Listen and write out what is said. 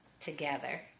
together